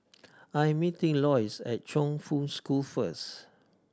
I am meeting Loyce at Chongfu School first